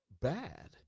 bad